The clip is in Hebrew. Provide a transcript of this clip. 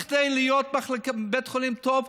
כדי להיות בית חולים טוב,